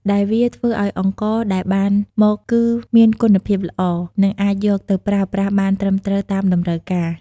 ដែលវាធ្វើឱ្យអង្ករដែលបានមកគឺមានគុណភាពល្អ និងអាចយកទៅប្រើប្រាស់បានត្រឹមត្រូវតាមតម្រូវការ។